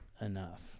enough